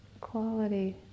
quality